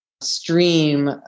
stream